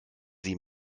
sie